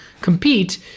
compete